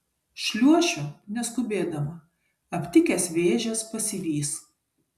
šliuošiu neskubėdama aptikęs vėžes pasivys